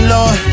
Lord